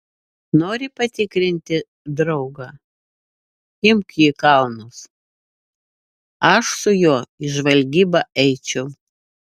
nori patikrinti draugą imk jį į kalnus aš su juo į žvalgybą eičiau